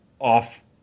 off